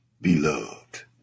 beloved